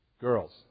Girls